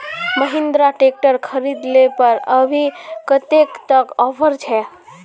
Mahindra tractor खरीद ले पर अभी कतेक तक ऑफर छे?